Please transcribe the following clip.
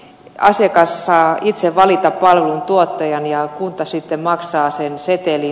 asiakas saa itse valita palvelun tuottajan ja kunta sitten maksaa setelin